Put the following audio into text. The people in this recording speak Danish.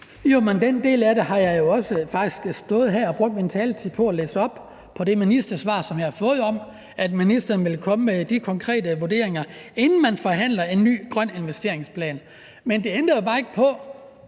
Jo, men den del af det har jeg jo faktisk også stået her og brugt min taletid på at læse op – det ministersvar, jeg har fået, om, at ministeren vil komme med de konkrete vurderinger, inden man forhandler en ny grøn investeringsplan. Men det tror jeg bare ikke